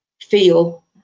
feel